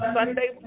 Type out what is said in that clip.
Sunday